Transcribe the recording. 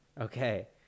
Okay